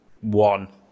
one